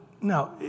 no